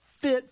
fit